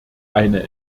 eine